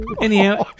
Anyhow